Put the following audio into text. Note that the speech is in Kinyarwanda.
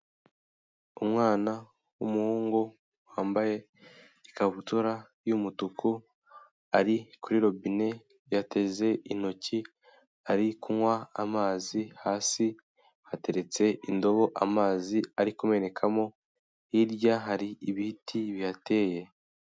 Umwana w'umuhungu wambaye ikabutura yumutuku, ari kuri robine yateze intoki ari kunywa amazi hasi hateretse indobo amazi ari kumenekamo hirya hari ibiti bihateye.